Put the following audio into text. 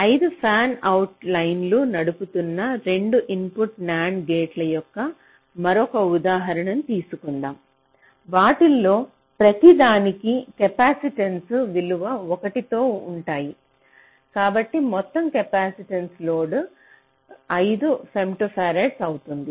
5 fan out లైన్లను నడుపుతున్న 2 input NAND gate యొక్క మరొక ఉదాహరణను తీసుకుందాం వాటిలో ప్రతి దానికి కెపాసిటెన్స్ విలువ 1 తో ఉంటాయి కాబట్టి మొత్తం లోడ్ కెపాసిటెన్స్ 5 ఫెమ్టోఫరాడ్ అవుతుంది